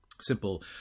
Simple